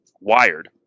wired